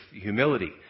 humility